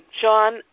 Sean